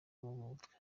mumutwe